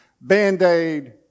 Band-Aid